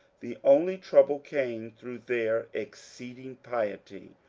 the only trouble came through their exceeding piety.